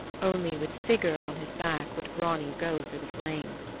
only with sigurd on his back would grani go through the flame.